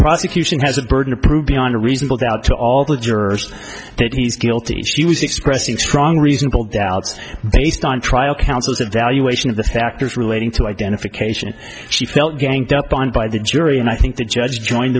prosecution has a burden to prove beyond a reasonable doubt to all the jurors that he's guilty she was expressing strong reasonable doubts based on trial counsel's evaluation of the factors relating to identification she felt ganged up on by the jury and i think the judge joined